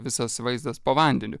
visas vaizdas po vandeniu